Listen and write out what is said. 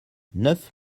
neuf